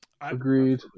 agreed